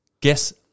Guess